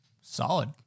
Solid